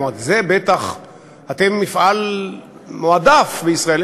אמרתי: בטח אתם מפעל מועדף בישראל.